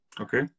Okay